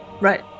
Right